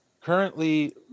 currently